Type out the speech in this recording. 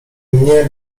mnie